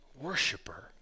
worshiper